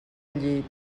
llit